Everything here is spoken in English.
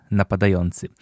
napadający